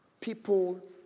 people